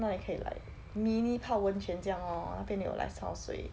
那里可以 like mini 泡温泉这样 lor 那边有 like 烧水